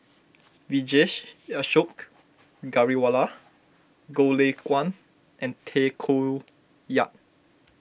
Vijesh Ashok Ghariwala Goh Lay Kuan and Tay Koh Yat